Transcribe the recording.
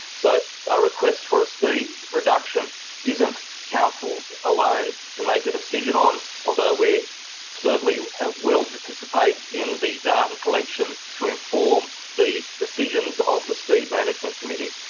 so a request for a speed reduction isn't council's alone to make a decision on, although we certainly we and will participate in the data collection to inform the decisions of the speed management committee.